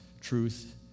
truth